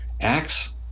acts